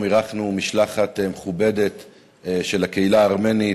אירחנו משלחת מכובדת של הקהילה הארמנית.